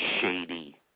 shady